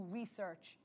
research